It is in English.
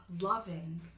loving